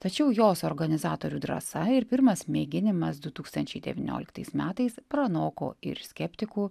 tačiau jos organizatorių drąsa ir pirmas mėginimas du tūkstančiai devynioliktais metais pranoko ir skeptikų